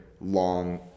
long